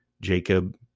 Jacob